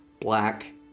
black